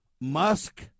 Musk